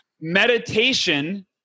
Meditation